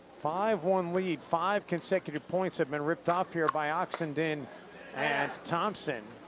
five one lead. five consecutive points have been ripped off here by oxenden and thompson.